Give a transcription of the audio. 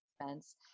expense